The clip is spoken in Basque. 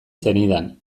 zenidan